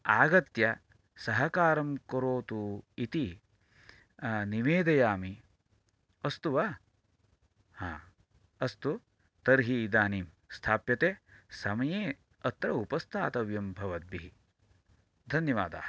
आगत्य सहकारं करोतु इति निवेदयामि अस्तु वा हा अस्तु तर्हि इदानीं स्थाप्यते समये अत्र उपस्थातव्यं भवद्भिः धन्यवादाः